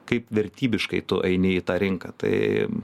kaip vertybiškai tu eini į tą rinką tai